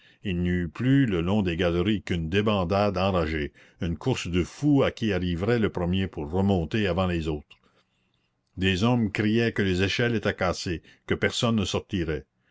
il n'y eut plus le long des galeries qu'une débandade enragée une course de fous à qui arriverait le premier pour remonter avant les autres des hommes criaient que les échelles étaient cassées que personne ne sortirait